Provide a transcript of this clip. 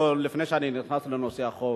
לפני שאני נכנס לנושא החוק,